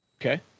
Okay